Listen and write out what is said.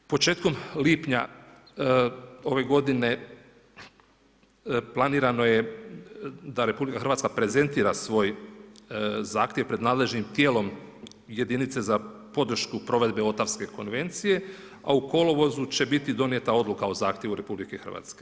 Početkom lipnja ove godine planirano je da RH prezentira svoj zahtjev pred nadležnim tijelom jedinice za podršku provedbe Otavske konvencije, a u kolovozu će biti donijeta odluka o zahtjevu RH.